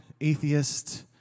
atheist